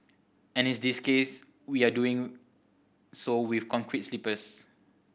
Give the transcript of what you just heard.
and in this case we are doing so with concrete sleepers